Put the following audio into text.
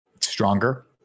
Stronger